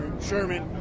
Sherman